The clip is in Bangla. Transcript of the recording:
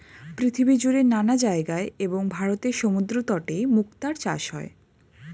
পৃথিবীজুড়ে নানা জায়গায় এবং ভারতের সমুদ্রতটে মুক্তার চাষ হয়